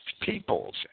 peoples